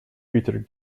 peter